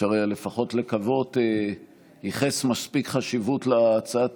שאפשר היה לפחות לקוות שייחס מספיק חשיבות להצעת